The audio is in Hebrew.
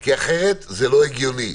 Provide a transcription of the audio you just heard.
כי אחרת זה לא הגיוני.